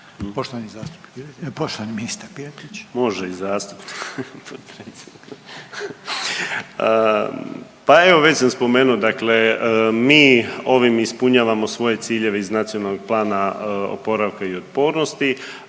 Može i zastupnik potpredsjedniče. Pa evo već sam spomenuo, dakle mi ovim ispunjavamo svoje ciljeve iz Nacionalnog plana oporavka i otpornosti.